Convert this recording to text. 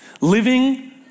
Living